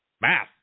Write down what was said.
Math